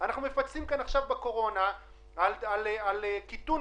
אנחנו מפצים בקורונה על קיטון